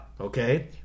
okay